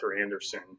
Anderson